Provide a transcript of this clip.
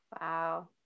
Wow